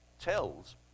tells